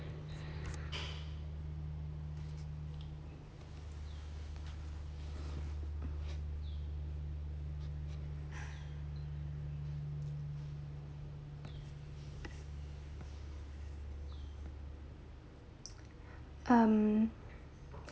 um